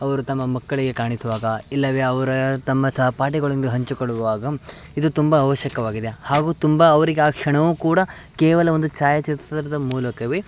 ಅವರು ತಮ್ಮ ಮಕ್ಕಳಿಗೆ ಕಾಣಿಸುವಾಗ ಇಲ್ಲವೇ ಅವ್ರು ತಮ್ಮ ಸಹಪಾಠಿಗಳೊಂದಿಗೆ ಹಂಚಿಕೊಳ್ಳುವಾಗ ಇದು ತುಂಬ ಆವಶ್ಯಕವಾಗಿದೆ ಹಾಗೂ ತುಂಬ ಅವ್ರಿಗೆ ಆ ಕ್ಷಣವೂ ಕೂಡ ಕೇವಲ ಒಂದು ಛಾಯಾಚಿತ್ರದ ಮೂಲಕವೇ